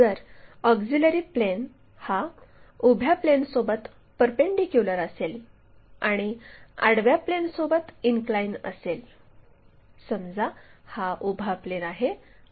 जर auxiliary plane हा उभ्या प्लेनसोबत परपेंडीक्युलर असेल आणि आडव्या प्लेनसोबत इनक्लाइन असेल समजा हा उभा प्लेन आहे हा आडवा प्लेन आहे